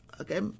Okay